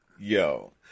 Yo